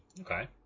Okay